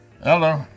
Hello